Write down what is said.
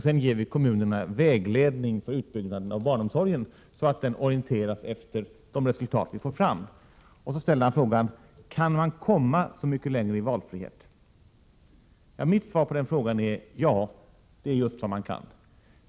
Sedan ger man kommunerna vägledning för utbyggnaden av barnomsorgen på grundval av de resultat som man får fram. Bengt Lindqvist ställde frågan: Kan man komma så mycket längre i valfrihet? Mitt svar på den frågan är: Ja, det är just vad man kan.